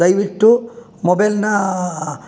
ದಯವಿಟ್ಟು ಮೊಬೈಲನ್ನ